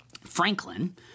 Franklin